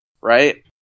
Right